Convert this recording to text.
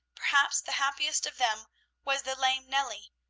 perhaps the happiest of them was the lame nellie,